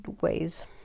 ways